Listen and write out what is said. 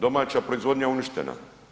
Domaća proizvodnja je uništena.